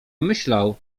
myślał